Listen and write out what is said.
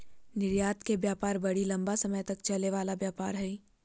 निर्यात के व्यापार बड़ी लम्बा समय तक चलय वला व्यापार हइ